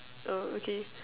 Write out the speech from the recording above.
[oh]okay